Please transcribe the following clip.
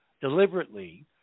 deliberately